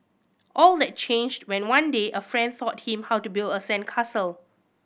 all that changed when one day a friend taught him how to build a sandcastle